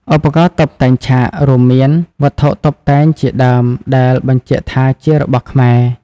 ឧបករណ៍តុបតែងឆាក រួមមានវត្ថុតុបតែងជាដើមដែលបញ្ជាក់ថាជារបស់ខ្មែរ។